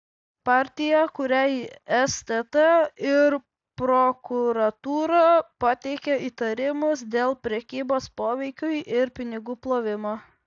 partija kuriai stt ir prokuratūra pateikė įtarimus dėl prekybos poveikiu ir pinigų plovimo